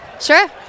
Sure